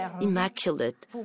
immaculate